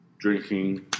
drinking